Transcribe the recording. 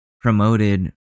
promoted